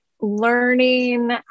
learning